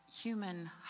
human